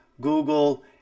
Google